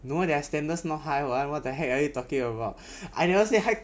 no their standards not high [one] what the heck are you talking about I never say high